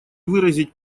выразить